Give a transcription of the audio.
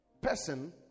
person